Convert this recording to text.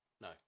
No